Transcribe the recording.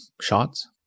shots